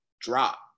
drop